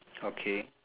okay